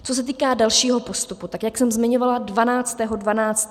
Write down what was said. Co se týká dalšího postupu, tak jak jsem zmiňovala, 12. 12.